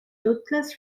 ruthless